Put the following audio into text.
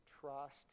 trust